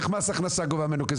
איך מס הכנסה גובה ממנו כסף?